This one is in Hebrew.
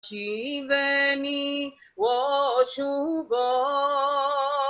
כיווני ושובה.